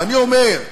ואני אומר,